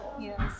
Yes